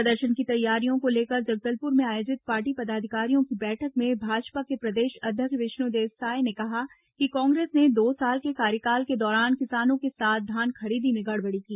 प्रदर्शन की तैयारियों को लेकर जगदलपुर में आयोजित पार्टी पदाधिकारियों की बैठक में भाजपा के प्रदेश अध्यक्ष विष्णुदेव साय ने कहा कि कांग्रेस ने दो साल के कार्यकाल के दौरान किसानों के साथ धान खरीदी में गड़बड़ी की